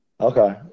Okay